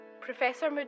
Professor